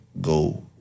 go